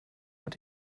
mit